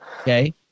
Okay